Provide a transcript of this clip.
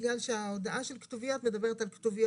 בגלל שההודעה של כתוביות מדברת על כתוביות